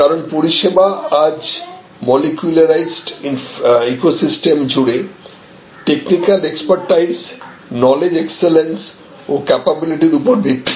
কারণ পরিষেবা আজ মলিকুলারাইসড ইকোসিস্টেম জুড়ে টেকনিক্যাল এক্সপার্টিজ নলেজ এক্সেলেন্স ও ক্যাপাবিলিটি র উপর ভিত্তি করে